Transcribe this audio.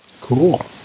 cool